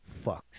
fucks